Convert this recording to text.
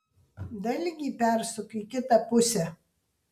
dalgį persuk į kitą pusę